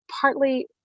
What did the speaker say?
partly